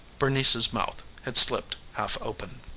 bernice's mouth had slipped half open.